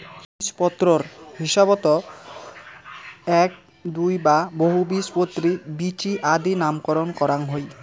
বীজপত্রর হিসাবত এ্যাক, দুই বা বহুবীজপত্রী বীচি আদি নামকরণ করাং হই